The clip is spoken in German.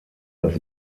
das